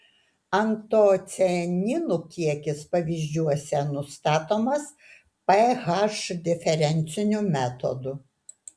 antocianinų kiekis pavyzdžiuose nustatomas ph diferenciniu metodu